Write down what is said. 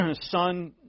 son